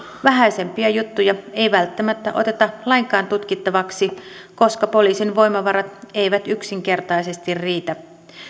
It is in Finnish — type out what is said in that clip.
vähäisempiä juttuja ei välttämättä oteta lainkaan tutkittavaksi koska poliisin voimavarat eivät yksinkertaisesti riitä